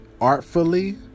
Artfully